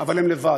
אבל הם לבד,